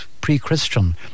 pre-christian